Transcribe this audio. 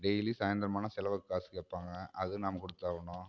டெய்லியும் சாயந்தரம் ஆனால் செலவுக்கு காசு கேட்பாங்க அதுவும் நாம் குடுத்தாகணும்